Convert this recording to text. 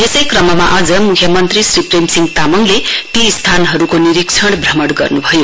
यसै क्रममा आज मुख्यमन्त्री श्री प्रेम सिंह तामाङले ती स्थानहरूको निरीक्षण श्रमण गर्नुभयो